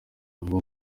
vuba